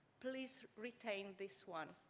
please retain this one.